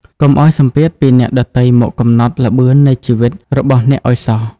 កុំឱ្យសម្ពាធពីអ្នកដទៃមកកំណត់ "ល្បឿននៃជីវិត" របស់អ្នកឱ្យសោះ។